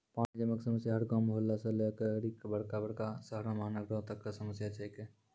पानी जमै कॅ समस्या हर गांव, मुहल्ला सॅ लै करिकॅ बड़का बड़का शहरो महानगरों तक कॅ समस्या छै के